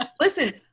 Listen